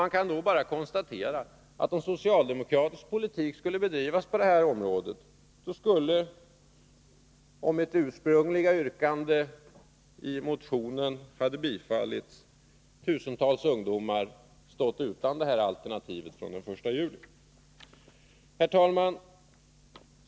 Man kan då bara konstatera att om socialdemokratisk politik skulle bedrivas på detta område, skulle — om socialdemokraternas ursprungliga yrkande i motionen hade bifallits — tusentals ungdomar ha stått utan det här alternativet fr.o.m. den 1 juli. Herr talman!